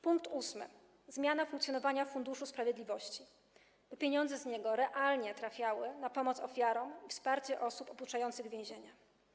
Punkt ósmy: zmiana w funkcjonowania Funduszu Sprawiedliwości, by pieniądze z niego realnie trafiały na pomoc ofiarom i wsparcie osób opuszczających więzienie.